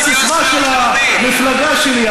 הסיסמה של המפלגה שלי,